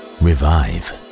revive